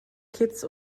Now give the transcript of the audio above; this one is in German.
kitts